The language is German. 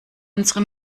unsere